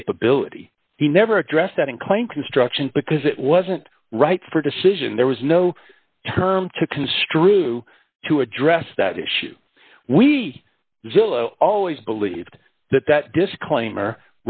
capability he never addressed that and claimed construction because it wasn't right for decision there was no term to construe to address that issue we always believed that that disclaimer